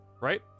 right